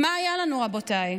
מה היה לנו, רבותיי?